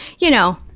you know,